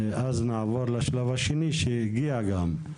נעבור לשלב השני שהגיע גם,